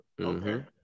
Okay